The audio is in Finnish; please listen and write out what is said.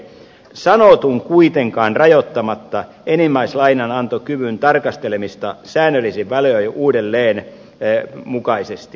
sanotun kuitenkaan rajoittamatta enimmäislainanantokyvyn tarkastelemista säännöllisin väliajoin uudelleen mukaisesti